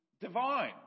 divine